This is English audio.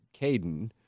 Caden